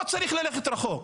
לא צריך ללכת רחוק.